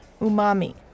Umami